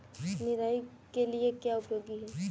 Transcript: निराई के लिए क्या उपयोगी है?